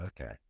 Okay